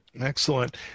Excellent